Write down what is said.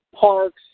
parks